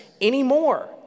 anymore